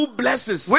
blesses